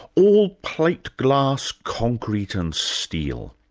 all plate glass, concrete and steel.